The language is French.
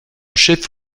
chef